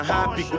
Happy